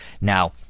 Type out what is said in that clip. now